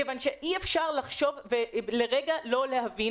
כיוון שאי-אפשר לחשוב ולרגע לא להבין